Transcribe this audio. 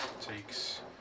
Takes